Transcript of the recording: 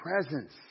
presence